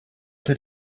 did